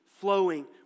flowing